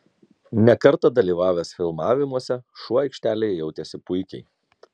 ne kartą dalyvavęs filmavimuose šuo aikštelėje jautėsi puikiai